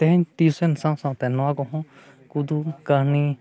ᱛᱮᱦᱮᱧ ᱥᱟᱶᱼᱥᱟᱶᱛᱮ ᱱᱚᱣᱟ ᱠᱚᱦᱚᱸ ᱠᱩᱫᱩᱢ ᱠᱟᱹᱦᱱᱤ